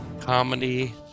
Comedy